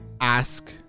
ask